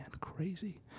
Crazy